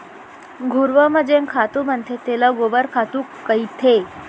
घुरूवा म जेन खातू बनथे तेला गोबर खातू कथें